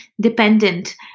dependent